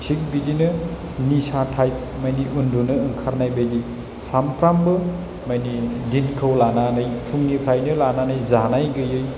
थिग बिदिनो निसा टाइप मानि उन्दुनो ओंखारनाय बायदि सामफ्रामबो माइनि दिनखौ लानानै फुंनिफ्रायनो लानानै जानाय गैयै